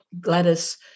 Gladys